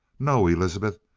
no, elizabeth,